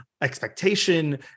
expectation